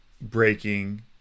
breaking